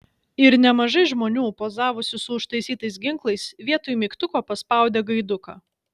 ir nemažai žmonių pozavusių su užtaisytais ginklais vietoj mygtuko paspaudė gaiduką